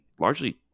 largely